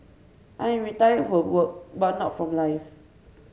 I am retired from work but not from life